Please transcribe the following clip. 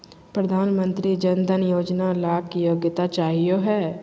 प्रधानमंत्री जन धन योजना ला की योग्यता चाहियो हे?